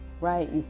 right